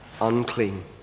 unclean